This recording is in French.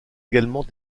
également